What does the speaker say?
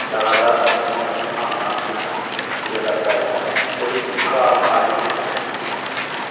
لگاتار کسٹمر ہوں میں آپ کے یہاں سے مجھے کرتا رہتا ہے تو اس چیز کا آپ آگے سے دھیان رکھیے گا ٹھیک ہے